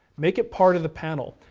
make it part of the panel,